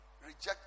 reject